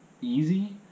easy